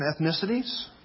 ethnicities